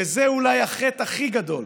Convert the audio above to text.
וזה אולי החטא הכי גדול,